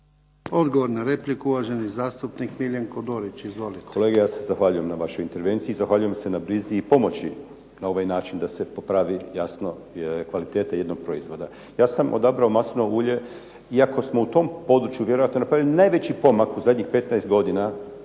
Odgovor na repliku, uvaženi zastupnik Miljenko Dorić. Izvolite.